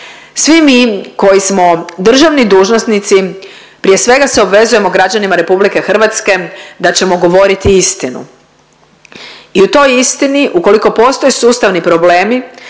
Svi mi koji smo državni dužnosnici prije svega se obvezujemo građanima RH da ćemo govoriti istinu. I u toj istini ukoliko postoje sustavni problemi